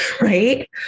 Right